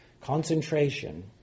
Concentration